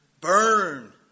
Burn